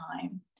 time